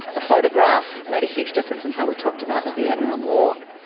a photograph made a huge difference in how we talked about the vietnam war.